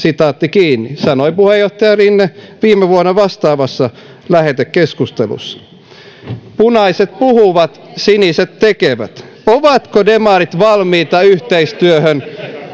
sanoi puheenjohtaja rinne viime vuonna vastaavassa lähetekeskustelussa punaiset puhuvat siniset tekevät ovatko demarit valmiita yhteistyöhön